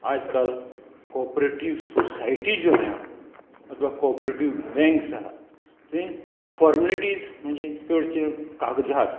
आज काल cooperative society जो आहा अथवा कॉपरेटीव बँक्स आहा थंय फॉर्मेलिटीज म्हणजे चडशे कागझात